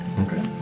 Okay